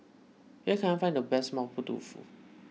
where can I find the best Mapo Tofu